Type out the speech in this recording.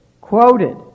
quoted